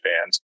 fans